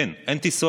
אין, אין טיסות.